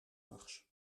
nachts